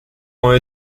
ont